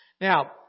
Now